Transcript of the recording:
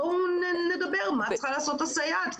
בואו נדבר מה צריכה לעשות הסייעת,